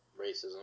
racism